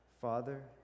Father